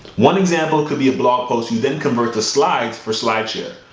one example could be a blog post you then convert to slides for slide share.